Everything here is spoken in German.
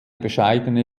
bescheidene